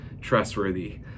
trustworthy